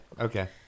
okay